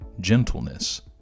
gentleness